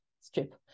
Strip